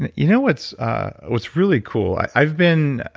and you know what's what's really cool, i've been